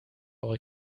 eure